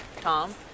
Tom